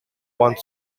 one